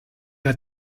hat